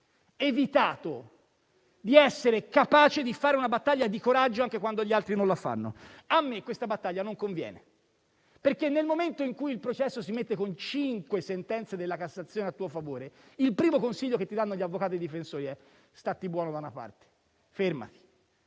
evitato di fare una battaglia di coraggio anche quando gli altri non la fanno. A me questa battaglia non conviene, perché nel momento in cui il processo ha cinque sentenze della Corte di cassazione a proprio favore, il primo consiglio che ti danno gli avvocati difensori è di star buono da una parte, di